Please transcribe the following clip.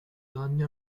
danni